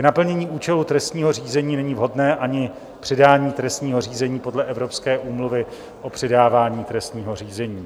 K naplnění účelu trestního řízení není vhodné ani předání trestního řízení podle Evropské úmluvy o předávání trestního řízení.